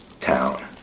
town